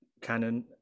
canon